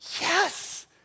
yes